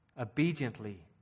obediently